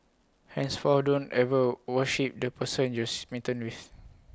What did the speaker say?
henceforth don't ever worship the person you smitten with